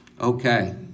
Okay